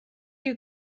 you